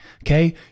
okay